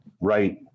Right